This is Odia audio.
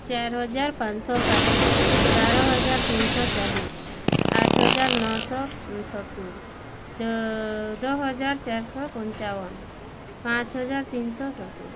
ଚାରି ହଜାର ପାଞ୍ଚଶହ ଷାଠିଏ ବାର ହଜାର ତିନିଶହ ଚାଳିଶି ଆଠ ହଜାର ନଅଶହ ସତୁରି ଚଉଦ ହଜାର ଚାରିଶହ ପଞ୍ଚାବନ ପାଞ୍ଚ ହଜାର ତିନିଶହ ସତୁରି